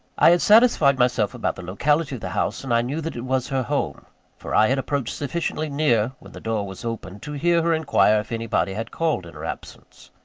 i had satisfied myself about the locality of the house, and i knew that it was her home for i had approached sufficiently near, when the door was opened, to hear her inquire if anybody had called in her absence.